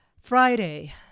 Friday